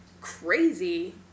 crazy